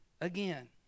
again